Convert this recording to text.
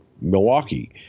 Milwaukee